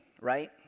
right